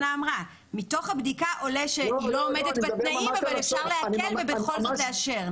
מתוך הבדיקה עולה שהיא לא עומדת בתנאים אבל אפשר להקל ובכל זאת לאשר.